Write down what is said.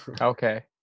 Okay